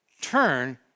turn